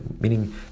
meaning